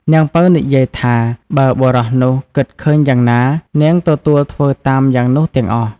នាងពៅនិយាយថាបើបុរសនោះគិតឃើញយ៉ាងណា នាងទទួលធ្វើតាមយ៉ាងនោះទាំងអស់ ។